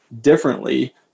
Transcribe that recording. differently